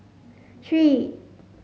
three